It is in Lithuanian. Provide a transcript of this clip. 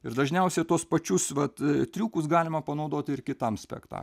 ir dažniausiai tuos pačius vat triukus galima panaudoti ir kitam spekta